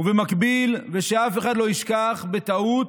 ובמקביל, ושאף אחד לא ישכח בטעות,